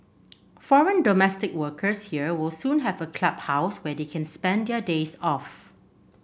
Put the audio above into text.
foreign domestic workers here will soon have a clubhouse where they can spend their days off